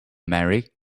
marry